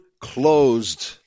closed